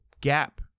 gap